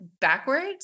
backwards